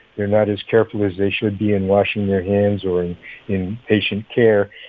they're not as careful as they should be in washing their hands or in patient care.